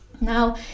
Now